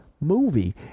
movie